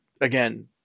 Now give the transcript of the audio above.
again